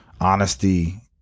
honesty